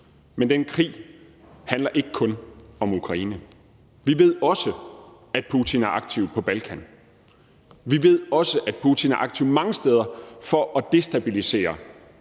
men den krig handler ikke kun om Ukraine. Vi ved også, at Putin er aktiv på Balkan, vi ved, at Putin er aktiv mange steder for at destabilisere